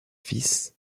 fils